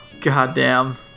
Goddamn